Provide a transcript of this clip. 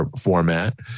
format